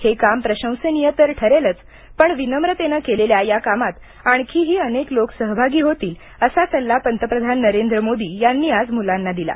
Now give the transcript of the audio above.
हे काम प्रशंसनीय तर ठरेलच पण विनम्रतेने केलेल्या या कामात आणखीही अनेक लोक सहभागी होतील असा सल्ला पंतप्रधान नरेंद्र मोदी यांनी आज मुलांना दिला